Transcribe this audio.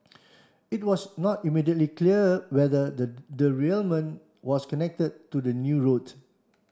it was not immediately clear whether the derailment was connected to the new route